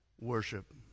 Worship